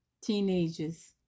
teenagers